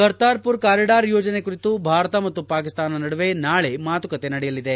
Kartarpur corridor ಯೋಜನೆ ಕುರಿತು ಭಾರತ ಮತ್ತು ಪಾಕಿಸ್ತಾನ ನಡುವೆ ನಾಳೆ ಮಾತುಕತೆ ನಡೆಯಲಿದೆ